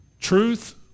Truth